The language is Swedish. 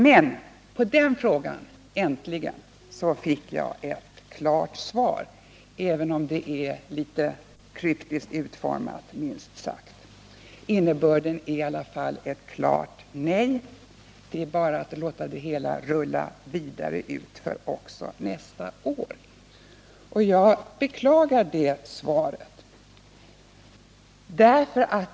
Men på den frågan fick jag äntligen ett klart svar, även om det är litet kryptiskt utformat. Innebörden är i alla fall ett klart nej — det är bara att låta det hela rulla på också nästa år. Jag beklagar det svaret.